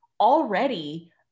already